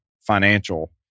financial